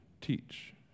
teach